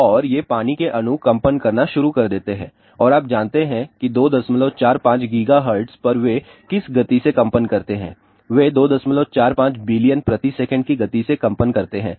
और ये पानी के अणु कंपन करना शुरू कर देते हैं और आप जानते हैं कि 245 GHz पर वे किस गति से कंपन करते हैं वे 245 बिलियन प्रति सेकंड की गति से कंपन करते हैं